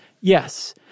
Yes